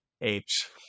apes